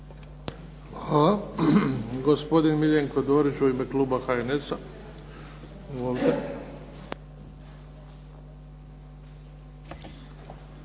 Hvala.